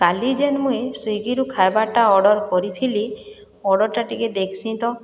କାଲି ଯେନ୍ ମୁଇଁ ସ୍ଵିଗିରୁ ଖାଇବାଟା ଅର୍ଡ଼ର କରିଥିଲି ଅର୍ଡ଼ରଟା ଟିକେ ଦେଖ୍ସି ତ